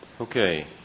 Okay